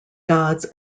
gods